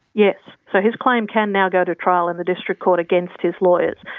yes, so his claim can now go to trial in the district court against his lawyers.